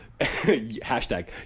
Hashtag